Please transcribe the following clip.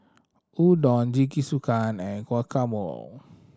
Udon Jingisukan and Guacamole